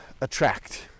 attract